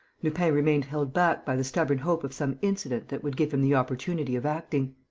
lupin remained held back by the stubborn hope of some incident that would give him the opportunity of acting.